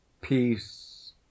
peace